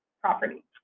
property